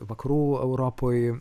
vakarų europoj